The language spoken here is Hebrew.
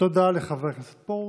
תודה לחבר הכנסת פרוש.